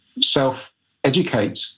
self-educate